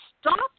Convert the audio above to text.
stop